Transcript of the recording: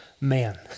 man